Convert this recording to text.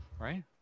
Right